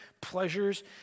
pleasures